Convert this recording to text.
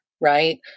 right